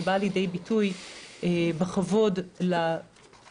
שבאה לידי ביטוי בכבוד לכנסת,